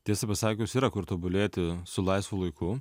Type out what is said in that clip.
tiesa pasakius yra kur tobulėti su laisvu laiku